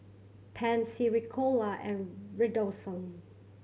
Pansy Ricola and Redoxon